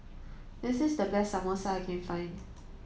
this is the best Samosa that I can find